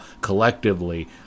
collectively